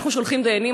אנחנו שולחים דיינים,